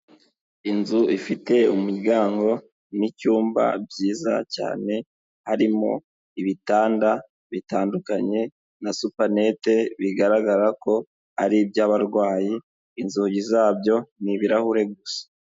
Inzu ifite umuryango n'icyumba byiza cyane harimo ibitanda bitandukanye na supanete, bigaragara ko ari iby'abarwayi inzugi zabyo ni ibirahure gusa.